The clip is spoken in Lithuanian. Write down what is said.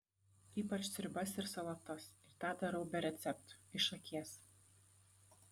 ypač sriubas ir salotas ir tą darau be receptų iš akies